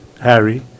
Harry